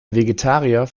vegetarier